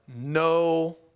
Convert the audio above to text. no